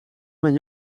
mijn